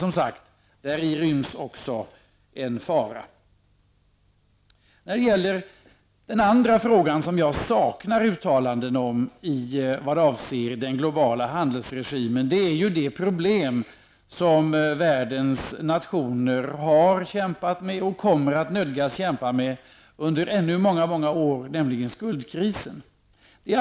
Men däri ryms en fara. Det finns en fråga där jag saknar uttalande vad avser den globala handelsregimen. Det gäller de problem som världens nationer har kämpat med och kommer att nödgas att kämpa med under många år, nämligen skuldkrisen.